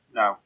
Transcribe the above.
no